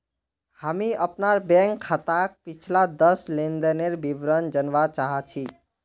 हामी अपनार बैंक खाताक पिछला दस लेनदनेर विवरण जनवा चाह छि